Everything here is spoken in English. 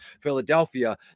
Philadelphia